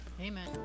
Amen